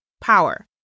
power